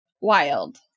wild